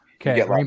Okay